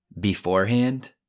beforehand